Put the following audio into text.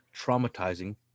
traumatizing